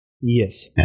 yes